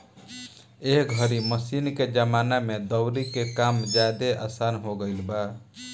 एह घरी मशीन के जमाना में दउरी के काम ज्यादे आसन हो गईल बा